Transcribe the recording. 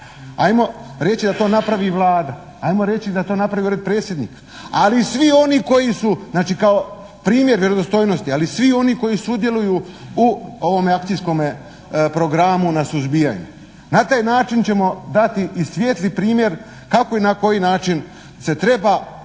ajmo reći da to napravi Vlada, ajmo reći da to napravi Ured predsjednika, ali svi oni koji su znači kao primjer vjerodostojnosti, ali svi oni koji sudjeluju u ovome akcijskome programu na suzbijanju. Na taj način ćemo dati i svijetli primjer kako i na koji način se treba odgovorno